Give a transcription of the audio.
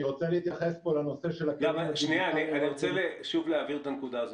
אני רוצה שוב להבהיר את הנקודה הזאת.